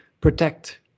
protect